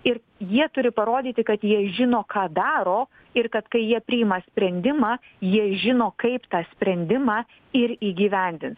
ir jie turi parodyti kad jie žino ką daro ir kad kai jie priima sprendimą jie žino kaip tą sprendimą ir įgyvendins